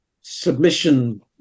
submission